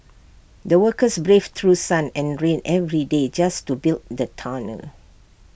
the workers braved through sun and rain every day just to build the tunnel